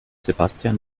sebastian